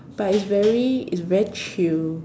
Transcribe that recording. but it's very it's very chill